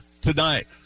tonight